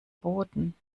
boten